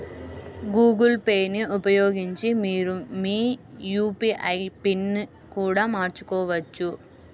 Google Pay ని ఉపయోగించి మీరు మీ యూ.పీ.ఐ పిన్ని కూడా మార్చుకోవచ్చు